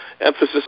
emphasis